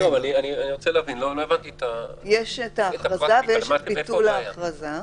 --- לא הבנתי, איפה הבעיה.